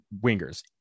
wingers